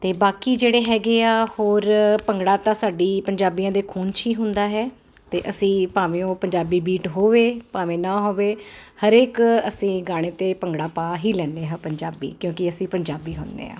ਤੇ ਬਾਕੀ ਜਿਹੜੇ ਹੈਗੇ ਆ ਹੋਰ ਭੰਗੜਾ ਤਾਂ ਸਾਡੀ ਪੰਜਾਬੀਆਂ ਦੇ ਖੂਨ ਚ ਹੀ ਹੁੰਦਾ ਹੈ ਤੇ ਅਸੀਂ ਭਾਵੇਂ ਉਹ ਪੰਜਾਬੀ ਵੀਟ ਹੋਵੇ ਭਾਵੇਂ ਨਾ ਹੋਵੇ ਹਰੇਕ ਅਸੀਂ ਗਾਣੇ ਤੇ ਭੰਗੜਾ ਪਾ ਹੀ ਲੈਂਦੇ ਹਾਂ ਪੰਜਾਬੀ ਕਿਉਂਕਿ ਅਸੀਂ ਪੰਜਾਬੀ ਹੁੰਦੇ ਆਂ